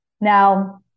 Now